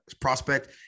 prospect